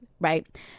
right